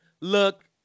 Look